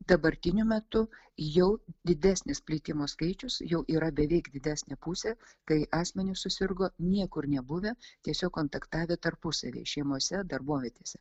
dabartiniu metu jau didesnis plitimo skaičius jau yra beveik didesnė pusė kai asmenys susirgo niekur nebuvę tiesiog kontaktavę tarpusavyje šeimose darbovietėse